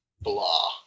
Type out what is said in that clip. Blah